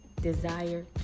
desire